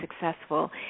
successful